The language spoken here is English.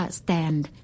stand